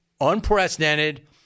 Unprecedented